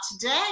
today